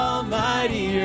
Almighty